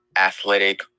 athletic